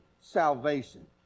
salvation